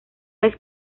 vez